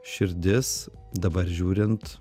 širdis dabar žiūrint